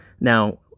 Now